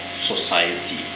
society